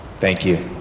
thank you.